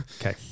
okay